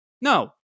No